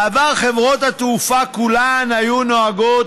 בעבר חברות התעופה כולן היו נוהגות